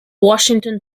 washington